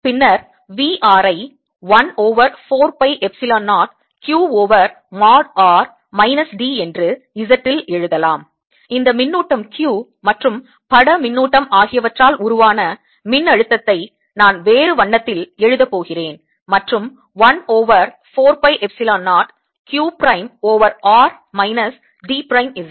பின்னர் V r ஐ 1 over 4 pi epsilon 0 q over mod r minus d என்று Z இல் எழுதலாம் இந்த மின்னூட்டம் q மற்றும் பட மின்னூட்டம் ஆகியவற்றால் உருவான மின்னழுத்தத்தை நான் வேறு வண்ணத்தில் எழுதப் போகிறேன் மற்றும் 1 over 4 pi epsilon 0 q prime over r minus d prime Z